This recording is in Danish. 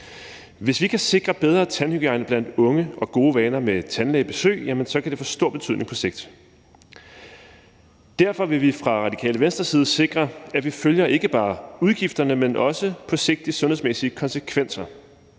Hvis vi kan sikre bedre tandhygiejne blandt unge og gode vaner med tandlægebesøg, kan det få stor betydning på sigt. Derfor vil vi fra Radikale Venstres side sikre, at vi ikke bare følger udgifterne, men også på sigt de sundhedsmæssige konsekvenser.